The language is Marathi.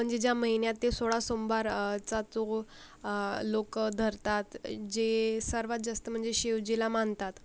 म्हणजे ज्या महिन्यात ते सोळा सोमवार चा तो लोकं धरतात जे सर्वात जास्त म्हणजे शिवजीला मानतात